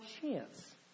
chance